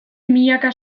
milaka